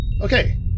okay